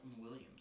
Williams